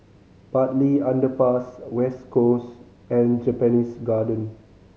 Bartley Underpass West Coast and Japanese Garden